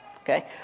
Okay